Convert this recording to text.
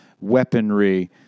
weaponry